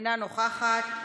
אינה נוכחת,